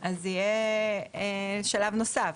אז שיהיה שלב נוסף.